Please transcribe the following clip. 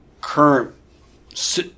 current